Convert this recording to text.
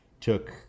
Took